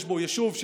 יישוב,